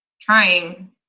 trying